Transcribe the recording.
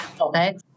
Okay